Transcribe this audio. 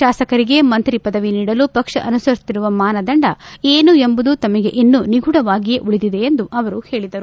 ಶಾಸಕರಿಗೆ ಮಂತ್ರಿ ಪದವಿ ನೀಡಲು ಪಕ್ಷ ಅನುಸರಿಸುತ್ತಿರುವ ಮಾನದಂಡ ಏನು ಎಂಬುದು ತಮಗೆ ಇನ್ನು ನಿಗೂಢವಾಗಿಯೇ ಉಳಿದಿದೆ ಎಂದು ಅವರು ಹೇಳಿದರು